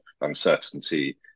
uncertainty